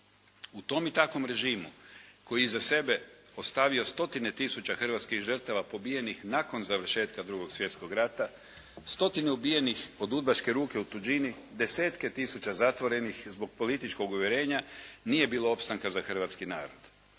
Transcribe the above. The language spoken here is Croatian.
U tom i takvom režimu koji je iza sebe ostavio stotine tisuća hrvatskih žrtava pobijenih nakon završetka 2. svjetskog rata, stotine ubijenih od udbaške ruke u tuđini, desetke tisuće zatvorenih zbog političkog uvjerenja nije bilo opstanka za hrvatski narod.